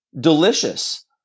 delicious